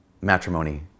matrimony